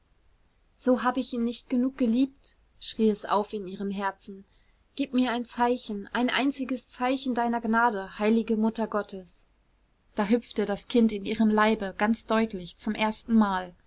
so hab ich ihn nicht genug geliebt schrie es auf in ihrem herzen gib mir ein zeichen ein einziges zeichen deiner gnade heilige mutter gottes da hüpfte das kind in ihrem leibe ganz deutlich zum erstenmal